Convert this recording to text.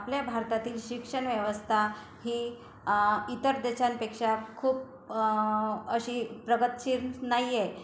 आपल्या भारतातील शिक्षण व्यवस्था ही इतर देशांपेक्षा खूप अशी प्रगतशील नाही आहे